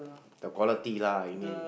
the quality lah you mean